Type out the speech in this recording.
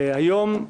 היום,